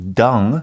dung